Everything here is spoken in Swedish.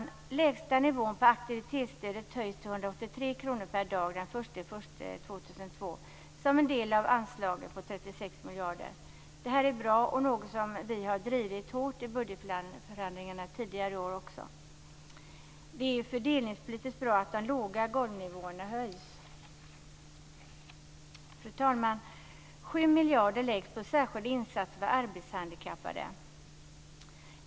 Den lägsta nivån på aktivitetsstödet höjs till 183 kr per dag den 1 januari 2002 som en del av anslaget på 36 miljarder. Detta är bra och något som vi har drivit hårt i budgetförhandlingarna tidigare i år också. Det är fördelningspolitiskt bra att de låga golvnivåerna höjs. Fru talman! 7 miljarder läggs på särskilda insatser för arbetshandikappade.